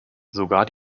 sogar